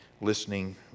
Listening